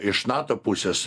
iš nato pusės